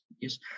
yes